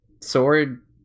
sword